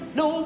no